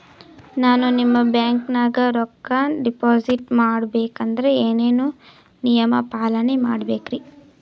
ನಾನು ನಿಮ್ಮ ಬ್ಯಾಂಕನಾಗ ರೊಕ್ಕಾ ಡಿಪಾಜಿಟ್ ಮಾಡ ಬೇಕಂದ್ರ ಏನೇನು ನಿಯಮ ಪಾಲನೇ ಮಾಡ್ಬೇಕ್ರಿ?